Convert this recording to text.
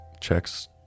checks